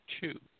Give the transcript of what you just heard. two